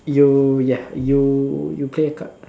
you ya you you play a card